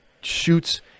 shoots